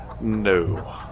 No